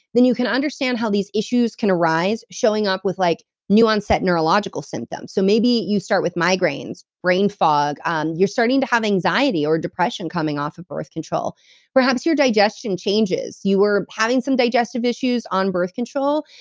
then you can understand how these issues can arise showing up with like new onset neurological symptoms. so maybe you start with migraines, brain fog, you're starting to have anxiety or depression coming off of birth control perhaps your digestion changes. you were having some digestive issues on birth control,